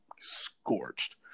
scorched